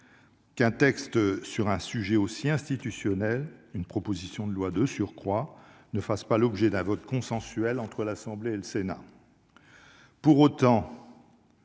qu'un texte portant sur un sujet aussi institutionnel, issu d'une proposition de loi de surcroît, ne fasse pas l'objet d'un vote consensuel entre l'Assemblée nationale et le Sénat. Pour autant,